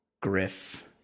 Griff